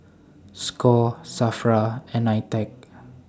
SCORE SAFRA and NITEC